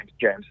James